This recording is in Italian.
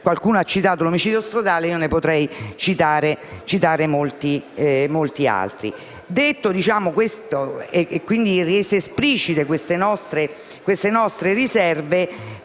Qualcuno ha citato l'omicidio stradale, ma potrei citare molti altri